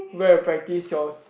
go and practise your